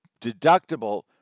deductible